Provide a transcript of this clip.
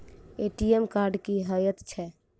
ATM card की हएत छै?